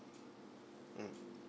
mm